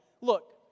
Look